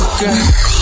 girl